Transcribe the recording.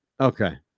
Okay